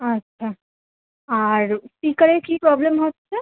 আচ্ছা আর স্পিকারের কী প্রবলেম হচ্ছে